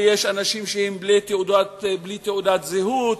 ויש אנשים שהם בלי תעודת זהות,